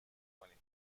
کنیم